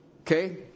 Okay